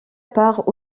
part